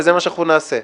וזה מה שאנחנו נעשה.